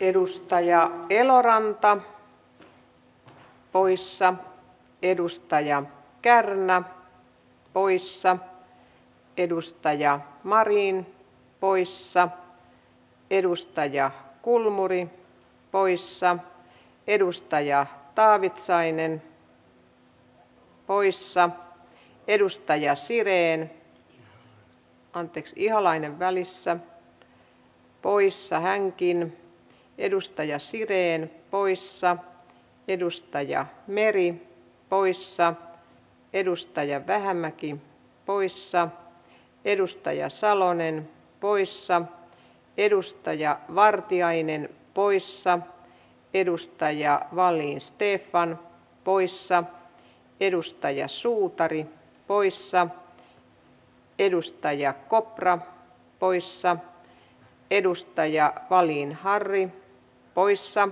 edustaja eloranta poissa edustaja kärnä poissa edustaja marin poissa edustaja kulmuni poissa edustaja taavitsainen poissa edustaja siren anteeksi ihalainen välissä poissa hänkin edustaja siren poissa edustaja meri poissa edustaja vähämäki poissa edustaja salonen poissa edustaja vartiainen poissa edustaja wallin stefan poissa edustaja suutari poissa edustaja kopra poissa edustaja wallin harry poissa